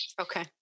Okay